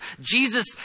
Jesus